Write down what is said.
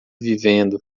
vivendo